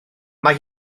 mae